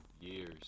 years